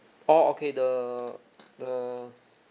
orh okay the the